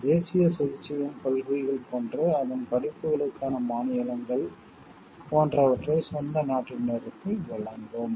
தேசிய சிகிச்சையின் கொள்கைகள் போன்று அதன் படைப்புகளுக்கான மானியங்கள் போன்றவற்றை சொந்த நாட்டினருக்கு வழங்கும்